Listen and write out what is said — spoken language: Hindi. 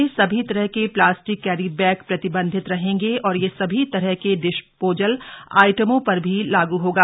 राज्य में सभी तरह के प्लास्टिक कैरी बैग प्रतिबंधित रहेंगे और यह सभी तरह के डिस्पोजल आइटमों पर भी लागू होगा